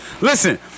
Listen